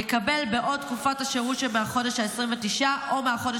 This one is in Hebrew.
יקבל בעוד תקופת השירות שבחודש ה-29 או מהחודש